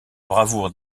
bravoure